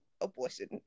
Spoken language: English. abortion